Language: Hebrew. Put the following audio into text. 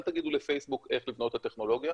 אל תגידו לפייסבוק איך לבנות את הטכנולוגיה,